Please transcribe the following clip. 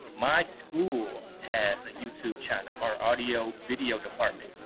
my school has a youtube channel, our audio video department.